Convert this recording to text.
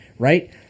Right